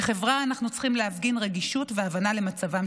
כחברה אנחנו צריכים להפגין רגישות והבנה למצבם